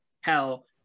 Hell